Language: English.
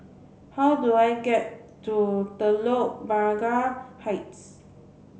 how do I get to Telok Blangah Heights